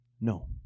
No